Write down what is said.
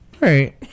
right